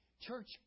Church